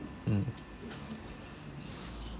mm